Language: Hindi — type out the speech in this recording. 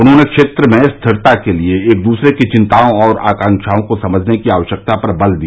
उन्होने क्षेत्र में स्थिरता के लिए एक दूसरे की चिंताओं और आकांवाओं को समझने की आकश्यकता पर बल दिया